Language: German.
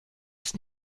ist